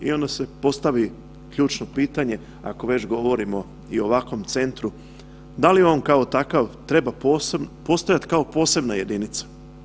I onda se postavi ključno pitanje, ako već govorimo i o ovakvom Centru, da li on kao takav treba postojati kao posebna jedinica?